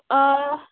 ꯑꯥ